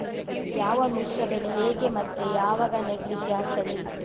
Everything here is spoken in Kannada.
ಯಾವ ಮಿಶ್ರ ಬೆಳೆ ಹೇಗೆ ಮತ್ತೆ ಯಾವಾಗ ನೆಡ್ಲಿಕ್ಕೆ ಆಗ್ತದೆ?